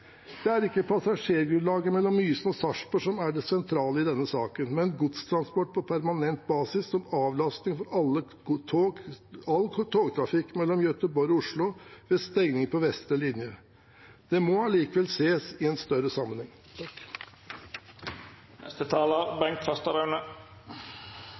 Det er ikke passasjergrunnlaget mellom Mysen og Sarpsborg som er det sentrale i denne saken, men godstransport på permanent basis som avlasting for all togtrafikk mellom Göteborg og Oslo ved stengning på vestre linje. Det må allikevel sees i en større sammenheng.